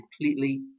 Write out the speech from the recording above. completely